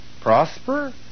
prosper